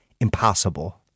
impossible